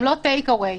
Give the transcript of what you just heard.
גם ללא טייק אווי?